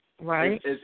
Right